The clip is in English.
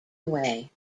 away